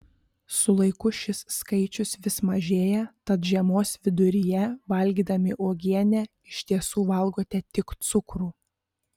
su laiku šis skaičius vis mažėja tad žiemos viduryje valgydami uogienę iš tiesų valgote tik cukrų